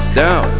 down